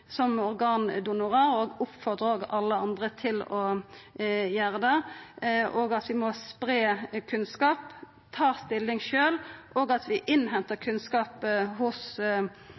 organdonorar og oppfordrar alle andre til å vera det. Vi må spreia kunnskap, ta stilling sjølve og innhenta kunnskap hos